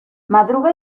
madruga